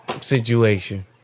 situation